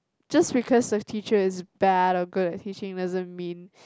just because a teacher is bad or good at teaching doesn't mean